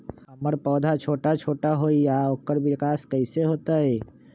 हमर पौधा छोटा छोटा होईया ओकर विकास कईसे होतई?